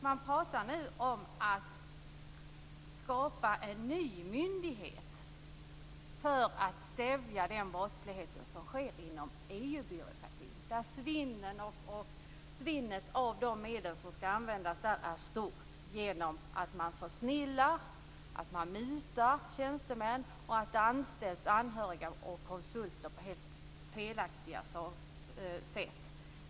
Man pratar nu om att skapa en ny myndighet för att stävja den brottslighet som sker inom EU-byråkratin, där svinnet av medel är stort. Man försnillar, man mutar tjänstemän, och det anställs anhöriga och konsulter på helt felaktiga sätt.